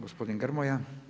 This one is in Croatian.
Gospodin Grmoja.